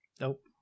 Nope